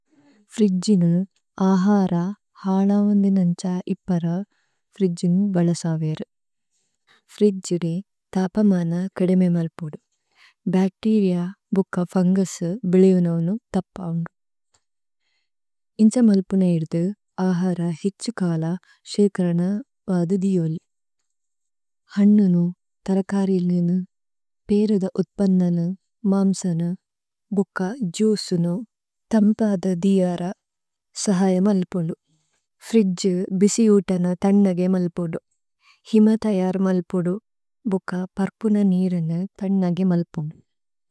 ഫ്രിദ്ഗിനു ആഹാര ഹാല വന്ദിന് അന്ഛ ഇപ്പര ഫ്രിദ്ഗിനു വല്ലസവേഇരു। ഫ്രിദ്ഗിനു താപമാന കദേമേ മല്പുദു। ഭക്തീരിഅ, ബുക്ക, ഫുന്ഗുസു, ബിലേവിനൌനു തപവനു। ഇന്ഛ മല്പുന ഇദു ആഹാര ഹേഛു കാല ശേകരന വധുദിയോലി। ഹന്നുനു, ഥരകരീല്നേനു, പീരുധ ഉത്പന്നന, മാമ്സന, ബുക്ക, ജൂസുനു, തമ്പാദ ദിയാര, സഹയ മല്പുദു। ഫ്രിദ്ജി, ബിസിയുതന ഥന്നഗേ മല്പുദു। ഹിമ ഥയര് മല്പുദു। ഭുക്ക, പര്പുന നീരന ഥന്നഗേ മല്പുദു।